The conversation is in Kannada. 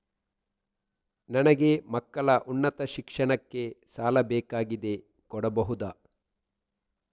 ನನಗೆ ಮಕ್ಕಳ ಉನ್ನತ ಶಿಕ್ಷಣಕ್ಕೆ ಸಾಲ ಬೇಕಾಗಿದೆ ಕೊಡಬಹುದ?